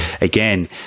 again